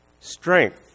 strength